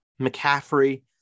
McCaffrey